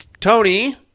Tony